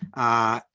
ah,